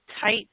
tight